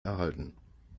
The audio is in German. erhalten